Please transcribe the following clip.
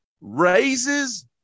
raises